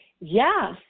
Yes